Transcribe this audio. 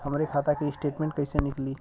हमरे खाता के स्टेटमेंट कइसे निकली?